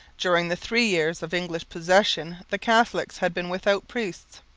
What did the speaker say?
during the three years of english possession the catholics had been without priests,